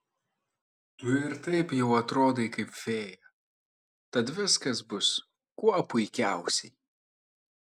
tu ir taip jau atrodai kaip fėja tad viskas bus kuo puikiausiai